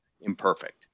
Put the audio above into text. imperfect